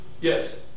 Yes